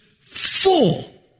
full